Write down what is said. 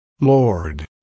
Lord